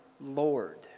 Lord